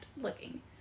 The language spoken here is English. looking